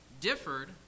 differed